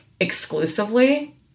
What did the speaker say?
exclusively